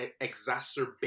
exacerbate